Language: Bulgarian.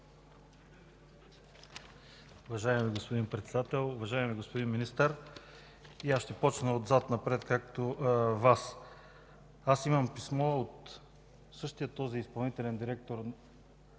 Уважаеми господин Председател, уважаеми господин Министър! Аз ще почна отзад-напред, като Вас. Имам писмо от същия този изпълнителен директор,